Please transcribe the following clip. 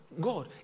God